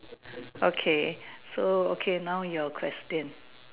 okay so okay now your question